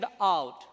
out